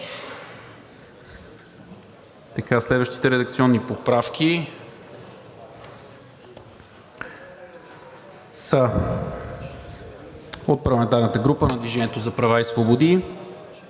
Следващите редакционни поправки са от парламентарната група на „Движението за права и свободи“